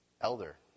elder